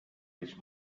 which